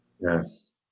Yes